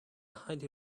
highly